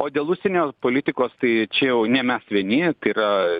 o dėl užsienio politikos tai čia jau ne mes vieni yra